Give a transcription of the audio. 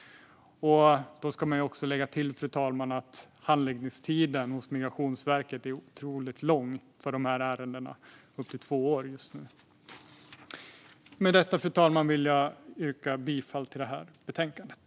Man ska också lägga till, fru talman, att handläggningstiden hos Migrationsverket är otroligt lång för dessa ärenden, upp till två år just nu. Med detta, fru talman, vill jag yrka bifall till utskottets förslag i betänkandet.